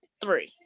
three